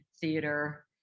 theater